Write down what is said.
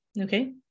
okay